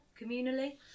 communally